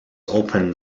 opened